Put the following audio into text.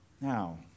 Now